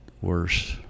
worse